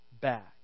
back